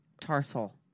Tarsal